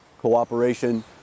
Cooperation